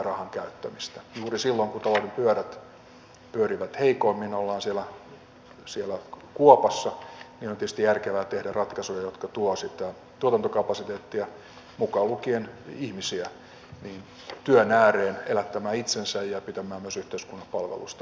juuri silloin kun talouden pyörät pyörivät heikoimmin ollaan siellä kuopassa on tietysti järkevää tehdä ratkaisuja jotka tuovat sitä tuotantokapasiteettia mukaan lukien ihmisiä työn ääreen elättämään itsensä ja pitämään myös yhteiskunnan palveluista huolta